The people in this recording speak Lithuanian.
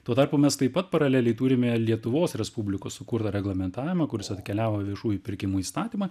tuo tarpu mes taip pat paraleliai turime lietuvos respublikos sukurtą reglamentavimą kuris atkeliavo į viešųjų pirkimų įstatymą